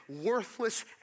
worthless